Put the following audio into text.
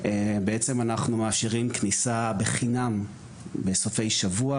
בעצם אנחנו מאשרים כניסה בחינם בסופי שבוע,